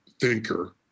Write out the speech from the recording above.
thinker